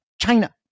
China